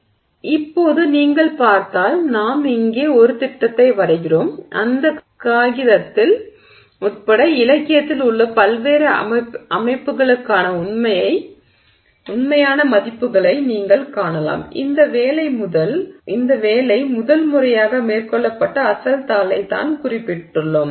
எனவே இப்போது நீங்கள் பார்த்தால் நாம் இங்கே ஒரு திட்டத்தை வரைகிறோம் அந்த காகிதத்தில் உட்பட இலக்கியத்தில் உள்ள பல்வேறு அமைப்புகளுக்கான உண்மையான மதிப்புகளை நீங்கள் காணலாம் இந்த வேலை முதல் முறையாக மேற்கொள்ளப்பட்ட அசல் தாளை தான் குறிப்பிட்டுள்ளோம்